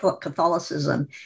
Catholicism